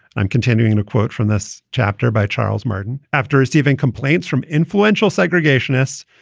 i'm continuing to quote from this chapter by charles martin after receiving complaints from influential segregationists.